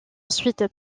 ensuite